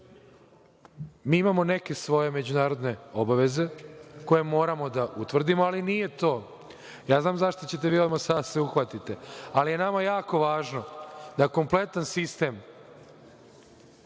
Imamo neke svoje međunarodne obaveze koje moramo da utvrdimo, ali nije to. Ja znam za šta ćete vi da se uhvatite, ali je nama jako važno da kompletan sistem